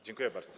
Dziękuję bardzo.